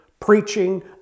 preaching